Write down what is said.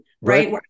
right